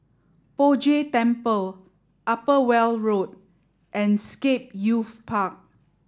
Poh Jay Temple Upper Weld Road and Scape Youth Park